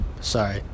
sorry